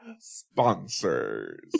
sponsors